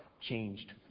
changed